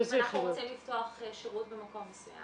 אם אנחנו רוצים לפתוח שירות במקום מסוים